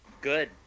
good